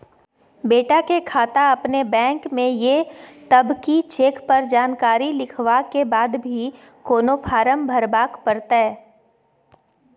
बेटा के खाता अपने बैंक में ये तब की चेक पर जानकारी लिखवा के बाद भी कोनो फारम भरबाक परतै?